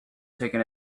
taking